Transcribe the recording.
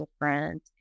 different